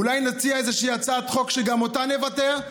אולי נציע איזושהי הצעת חוק שגם עליה נוותר,